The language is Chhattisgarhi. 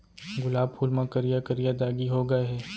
गुलाब फूल म करिया करिया दागी हो गय हे